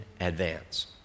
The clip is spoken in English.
advance